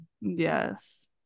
Yes